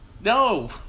No